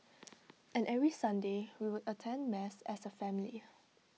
and every Sunday we would attend mass as A family